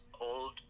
old